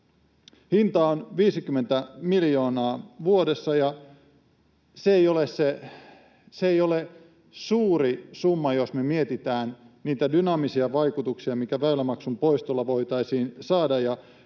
Hinta on 50 miljoonaa vuodessa, ja se ei ole suuri summa, jos me mietimme niitä dynaamisia vaikutuksia, mitä väylämaksun poistolla voitaisiin saada.